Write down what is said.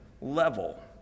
level